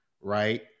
right